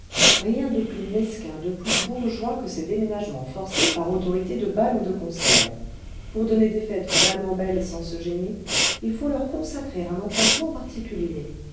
rien de plus mesquin de plus bourgeois que ces déménagements forcés par autorité de bals ou de concerts pour donner des fêtes vraiment belles sans se gêner il faut leur consacrer un emplacement particulier